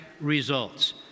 results